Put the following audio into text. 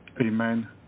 Amen